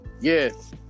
yes